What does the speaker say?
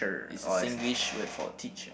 it's a Singlish word for teacher